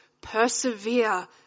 persevere